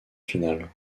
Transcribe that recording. finale